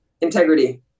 Integrity